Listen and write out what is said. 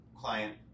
client